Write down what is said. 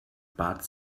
bat